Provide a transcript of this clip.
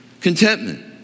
Contentment